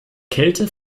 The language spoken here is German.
kälte